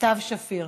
סתיו שפיר.